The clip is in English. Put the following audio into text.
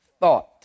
thought